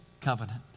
Covenant